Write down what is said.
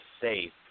safe